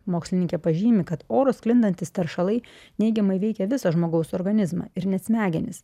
mokslininkė pažymi kad oru sklindantys teršalai neigiamai veikia visą žmogaus organizmą ir net smegenis